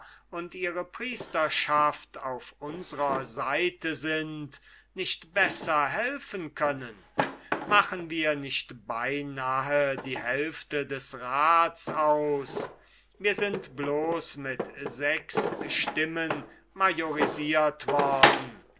und ihre priesterschaft auf unsrer seite sind uns nicht noch besser helfen können machen wir nicht beinahe die hälfte des rats aus wir sind bloß mit sechs stimmen majorisiert worden